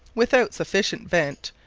without sufficient vent,